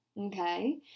okay